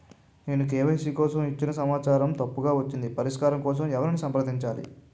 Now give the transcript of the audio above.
నేను కే.వై.సీ కోసం ఇచ్చిన సమాచారం తప్పుగా వచ్చింది పరిష్కారం కోసం ఎవరిని సంప్రదించాలి?